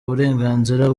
burenganzira